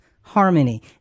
harmony